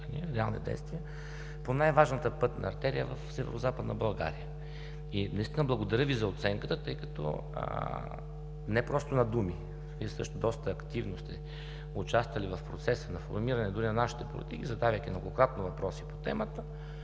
просто обещания, по най-важната пътна артерия в Северозападна България. Благодаря Ви за оценката, тъй като не просто на думи, а Вие също доста активно сте участвали в процеса на формиране дори на нашите политики, задавайки многократно въпроси по темата,